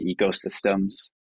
ecosystems